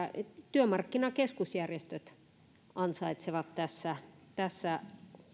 työmarkkinakeskusjärjestöt ansaitsevat tässä tässä